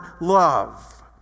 love